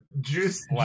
Juice